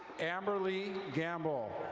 amberly gamble.